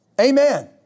Amen